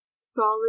solid